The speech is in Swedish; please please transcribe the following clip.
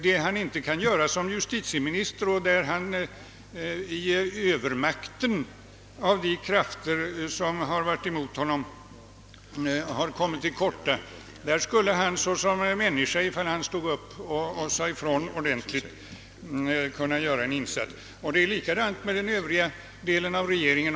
Det han inte kan åstadkomma som justitieminister, där han inför övermakten av de krafter som varit emot honom har kommit till korta, skulle han såsom människa, om han stod upp och sade ifrån ordentligt, kunna påverka och därmed göra en insats. Det är likadant med den övriga delen av regeringen.